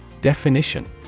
Definition